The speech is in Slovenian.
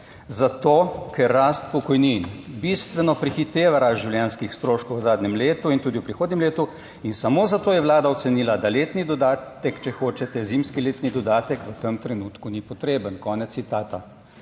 "Zato, ker rast pokojnin bistveno prehiteva rast življenjskih stroškov v zadnjem letu in tudi v prihodnjem letu in samo zato je Vlada ocenila, da letni dodatek, če hočete, zimski letni dodatek v tem trenutku ni potreben." Konec citata.